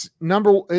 number